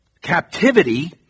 captivity